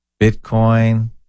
Bitcoin